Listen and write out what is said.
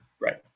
Right